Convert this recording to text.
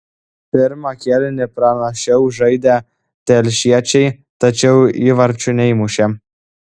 pirmą kėlinį pranašiau žaidė telšiečiai tačiau įvarčių neįmušė